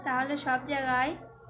তাহলে সব জায়গায়